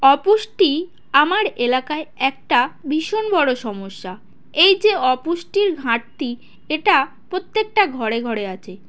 অপুষ্টি আমার এলাকায় একটা ভীষণ বড় সমস্যা এই যে অপুষ্টির ঘাঁটতি এটা প্রত্যেকটা ঘরে ঘরে আছে